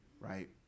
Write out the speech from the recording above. right